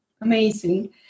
amazing